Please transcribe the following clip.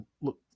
look